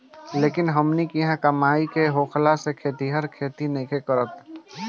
लेकिन हमनी किहाँ कमाई कम होखला से खेतिहर खेती नइखे कईल चाहत